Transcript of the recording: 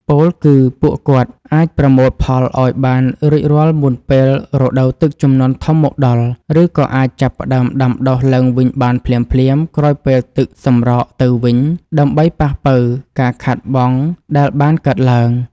ពោលគឺពួកគាត់អាចប្រមូលផលឱ្យបានរួចរាល់មុនពេលរដូវទឹកជំនន់ធំមកដល់ ឬក៏អាចចាប់ផ្តើមដាំដុះឡើងវិញបានភ្លាមៗក្រោយពេលទឹកសម្រកទៅវិញ ដើម្បីប៉ះប៉ូវការខាតបង់ដែលបានកើតឡើង។